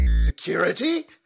Security